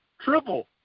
triple